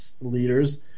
leaders